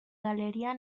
galería